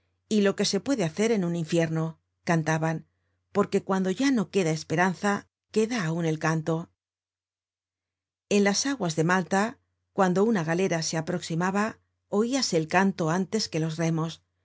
y lo que se puede hacer en un infierno cantaban porque cuando ya no queda esperanza queda aun el canto content from google book search generated at en las aguas de malta cuando una galera se aproximaba oíase el canto antes que los remos